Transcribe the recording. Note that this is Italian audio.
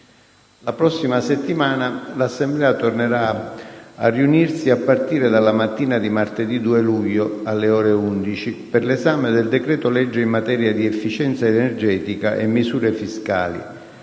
La prossima settimana l'Assemblea tornerà a riunirsi a partire dalla mattina di martedì 2 luglio, alle ore 11, per l'esame del decreto‑legge in materia di efficienza energetica e misure fiscali